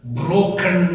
broken